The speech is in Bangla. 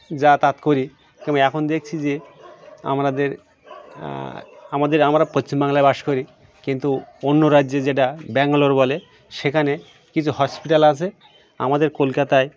যাতায়াত করি এবং এখন দেখছি যে আমাদের আমাদের আমরা পশ্চিম বাংলায় বাস করি কিন্তু অন্য রাজ্যে যেটা ব্যাঙ্গালোর বলে সেখানে কিছু হসপিটাল আছে আমাদের কলকাতায়